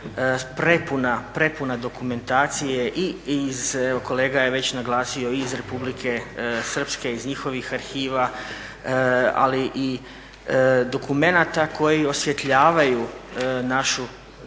prepuna dokumentacije, kolega je već naglasio i iz Republike Srpske iz njihovih arhiva ali i dokumenata koji osvjetljavaju našu